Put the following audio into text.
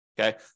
Okay